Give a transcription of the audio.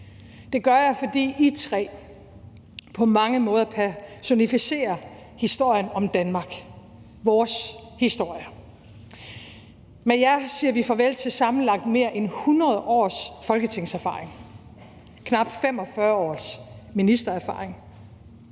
Det gør jeg, fordi I tre på mange måder personificerer historien om Danmark – vores historie. Med jer siger vi farvel til sammenlagt mere end 100 års folketingserfaring og knap 45 års ministererfaring.